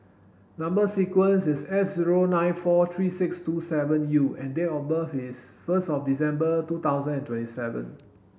number sequence is S zero nine four three six two seven U and date of birth is first of December two thousand and twenty seven